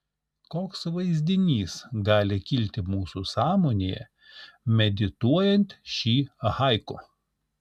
koks vaizdinys gali kilti mūsų sąmonėje medituojant šį haiku